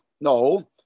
No